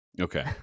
Okay